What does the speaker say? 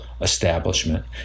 establishment